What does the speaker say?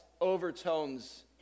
overtones